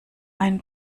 ein